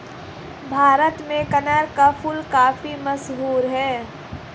भारत में कनेर का फूल काफी मशहूर है